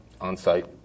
On-site